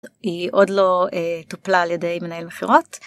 היא עוד לא אה... טופלה על ידי מנהל בחירות.